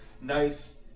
nice